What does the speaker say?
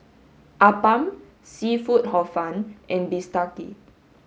appam seafood hor fun and Bistake